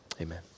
amen